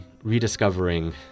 rediscovering